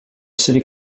city